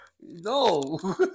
No